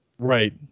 Right